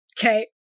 Okay